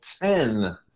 ten